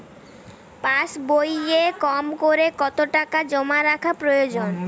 পাশবইয়ে কমকরে কত টাকা জমা রাখা প্রয়োজন?